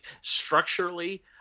Structurally